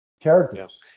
characters